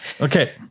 okay